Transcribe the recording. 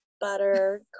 butter